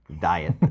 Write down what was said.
diet